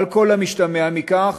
על כל המשתמע מכך,